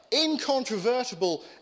incontrovertible